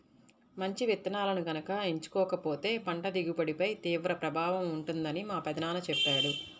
మంచి విత్తనాలను గనక ఎంచుకోకపోతే పంట దిగుబడిపై తీవ్ర ప్రభావం ఉంటుందని మా పెదనాన్న చెప్పాడు